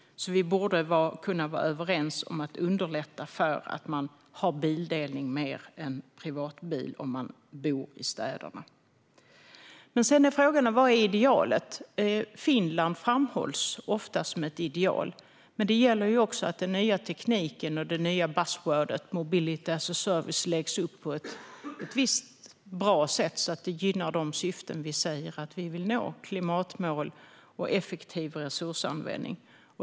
Vi borde kunna vara överens om att underlätta för bildelning snarare än för privatbilism för dem som bor i städerna. Sedan är då frågan vad som är idealet. Finland framhålls ofta som ett ideal. Men det gäller också att den nya tekniken för buzzwordet "mobility as a service" läggs upp på ett sätt som gynnar de syften vi säger att vi vill nå: klimatmål och effektiv resursanvändning.